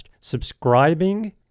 Subscribing